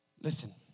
Listen